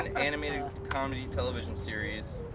and animated comedy television series.